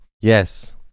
Yes